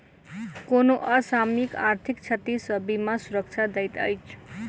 कोनो असामयिक आर्थिक क्षति सॅ बीमा सुरक्षा दैत अछि